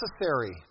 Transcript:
necessary